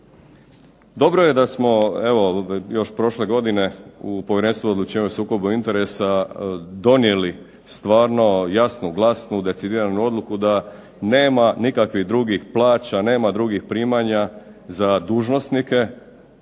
Dobro je da smo, evo još prošle godine, u Povjerenstvu za odlučivanje o sukobu interesa donijeli stvarno jasnu, glasnu, decidiranu odluku da nema nikakvih drugih plaća, nema drugih primanja za dužnosnike